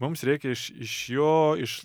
mums reikia iš iš jo iš